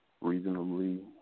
reasonably